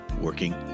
working